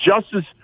justice